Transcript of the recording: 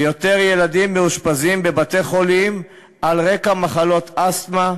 ויותר ילדים מאושפזים בבתי-חולים על רקע מחלות אסתמה.